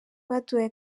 baduhaye